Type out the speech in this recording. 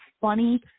funny